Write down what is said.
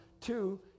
Two